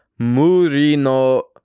murino